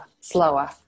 slower